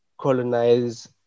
colonize